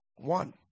One